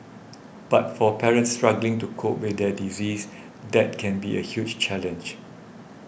but for parents struggling to cope with their disease that can be a huge challenge